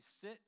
sit